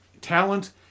talent